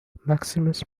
maximus